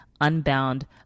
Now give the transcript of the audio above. unbound